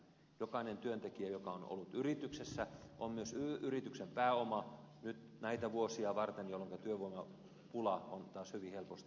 jokainen työntekijä joka on ollut yrityksessä on myös yrityksen pääoma nyt näitä vuosia varten jolloinka työvoimapula on taas hyvin helposti edessä